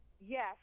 Yes